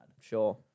Sure